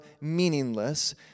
meaningless